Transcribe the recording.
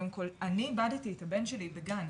אני איבדתי את הבן שלי בגן.